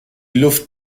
luft